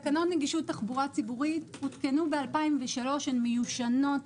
תקנות נגישות תחבורה ציבורית הותקנו ב-2003 והן מיושנות,